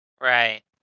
Right